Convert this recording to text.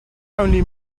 only